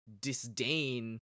disdain